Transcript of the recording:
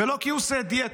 ולא כי הוא עושה דיאטה